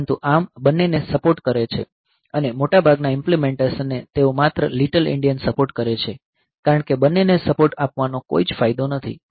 પરંતુ ARM બંનેને support કરે છે અને મોટાભાગના ઇંપ્લીમેંટેશન ને તેઓ માત્ર લિટલ એન્ડિયનને સપોર્ટ કરે છે કારણ કે બંનેને સપોર્ટ આપવાનો કોઈ ફાયદો નથી